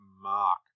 Mark